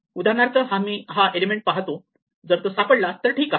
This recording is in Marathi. उदाहरणार्थ आम्ही हा एलिमेंट पाहतो जर तो सापडला तर ठीक आहे